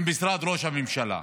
עם משרד ראש הממשלה.